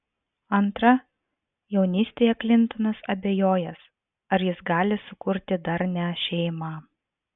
antra jaunystėje klintonas abejojęs ar jis gali sukurti darnią šeimą